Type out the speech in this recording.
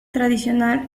tradicional